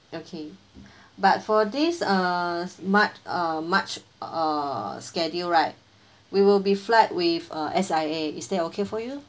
okay but for this uh march uh march uh schedule right we will be flying with uh S_I_A is that okay for you